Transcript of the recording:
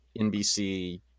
NBC